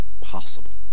possible